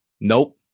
Nope